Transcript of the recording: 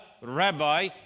rabbi